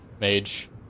mage